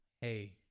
hey